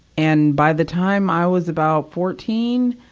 and by the time i was about fourteen,